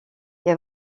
est